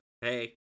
Hey